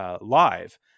Live